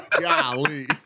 Golly